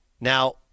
Now-